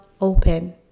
open